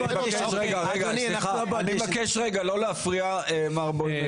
רגע, אני מבקש לא להפריע למר בוימל.